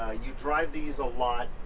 ah you drive these a lot.